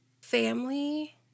family